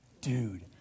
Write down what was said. Dude